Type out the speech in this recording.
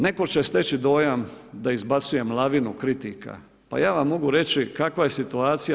Neko će steći dojam da izbacujem lavinu kritika, pa ja vam mogu reći kakva je situacija.